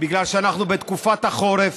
בגלל שאנחנו בתקופת החורף,